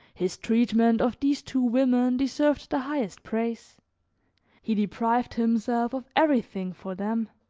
his treatment of these two women deserved the highest praise he deprived himself of everything for them,